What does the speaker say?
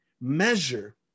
measure